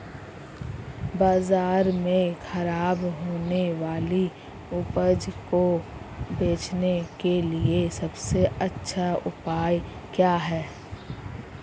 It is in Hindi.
बाजार में खराब होने वाली उपज को बेचने के लिए सबसे अच्छा उपाय क्या हैं?